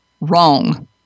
Wrong